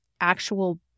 actual